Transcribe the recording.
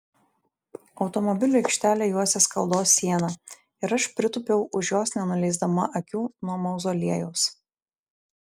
automobilių aikštelę juosė skaldos siena ir aš pritūpiau už jos nenuleisdama akių nuo mauzoliejaus